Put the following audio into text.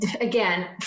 Again